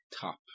top